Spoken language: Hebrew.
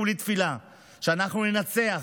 כולי תפילה שאנחנו ננצח,